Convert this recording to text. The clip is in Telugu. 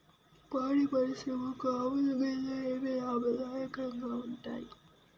పాడి పరిశ్రమకు ఆవుల, గేదెల ఏవి లాభదాయకంగా ఉంటయ్?